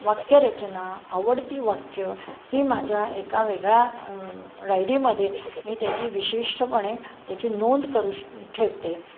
वाक्यरचना आवडती वाक्य ही माझ्या एका वेगळ्या रायरीमध्ये मी त्याची विशिष्टपणे त्याची नोंद करून श ठेवते